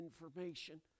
information